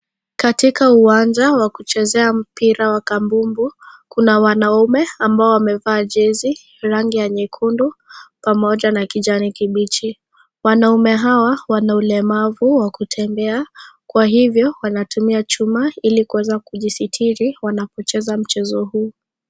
Katika uwanja wa kuchezea mpira wa kabumbu, kuna wanaume, ambao wamevaa jezi rangi ya nyekundu pamoja na kijani kibichi. Wanaume hawa wana ulemavu wa kutembea kwa hivyo, wanatumia chuma ili kuweza kujisitiri wanapocheza mchezo huu.